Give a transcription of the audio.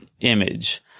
image